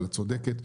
אבל צודקת,